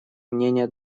мнения